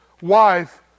wife